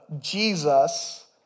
Jesus